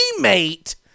teammate